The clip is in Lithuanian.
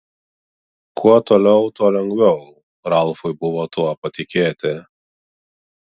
kuo toliau tuo lengviau ralfui buvo tuo patikėti